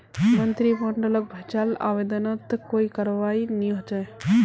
मंत्रिमंडलक भेजाल आवेदनत कोई करवाई नी हले